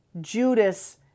Judas